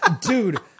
Dude